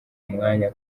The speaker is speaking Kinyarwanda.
umwanya